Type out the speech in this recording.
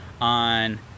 on